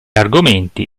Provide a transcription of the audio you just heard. argomenti